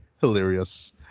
hilarious